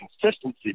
consistency